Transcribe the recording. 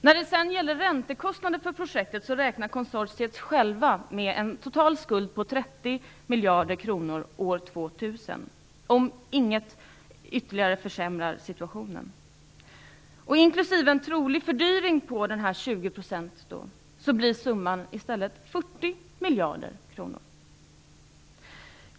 När det gäller räntekostnaden för projektet räknar konsortiet med en totalskuld på 30 miljarder kronor år 2000, om inget ytterligare försämrar situationen. Inklusive en trolig fördyring blir summan i stället 40 miljarder kronor.